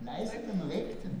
leisite nuveikti